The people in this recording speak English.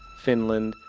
finland,